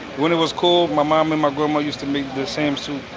when it was cold, my mom and my grandma used to make the same soup.